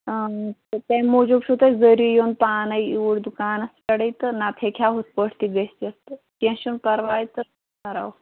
تہٕ تَمہِ موٗجوٗب چھُو تۄہہِ ضروٗری یُن پانَے یوٗرۍ دُکانَس پٮ۪ٹھٕے تہٕ نَتہٕ ہیٚکہِ ہا یِتھٕ پٲٹھۍ تہِ گٔژھِتھ تہٕ کیٚنٛہہ چھُنہٕ پَرواے تہٕ کَرو